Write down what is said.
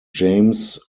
james